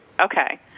Okay